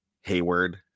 Hayward